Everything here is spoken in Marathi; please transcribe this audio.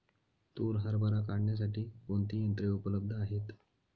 तूर हरभरा काढण्यासाठी कोणती यंत्रे उपलब्ध आहेत?